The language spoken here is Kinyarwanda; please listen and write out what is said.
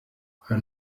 hari